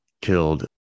killed